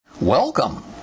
Welcome